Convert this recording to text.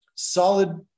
solid